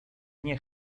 nie